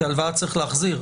כי הלוואה צריך להחזיר.